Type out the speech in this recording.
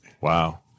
Wow